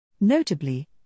Notably